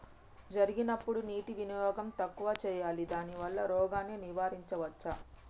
జరిగినప్పుడు నీటి వినియోగం తక్కువ చేయాలి దానివల్ల రోగాన్ని నివారించవచ్చా?